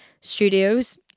studios